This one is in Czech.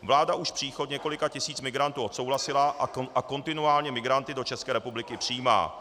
Vláda už příchod několika tisíc migrantů odsouhlasila a kontinuálně migranty do České republiky přijímá.